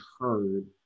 heard